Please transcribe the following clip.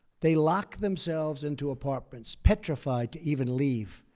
they lock themselves into apartments, petrified to even leave,